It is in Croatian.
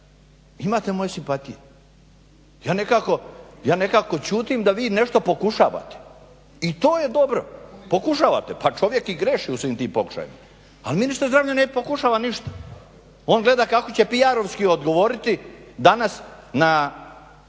imate moje simpatije. Ja nekako ćutim da vi nešto pokušavate i to je dobro, pokušavate. Pa čovjek i griješi u svim tim pokušajima. Ali ministar zdravlja ne pokušava ništa, on gleda kako će PR-ovski odgovoriti danas na